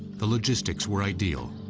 the logistics were ideal.